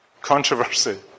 controversy